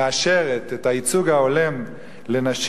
מאשרת את הייצוג ההולם לנשים.